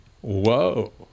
Whoa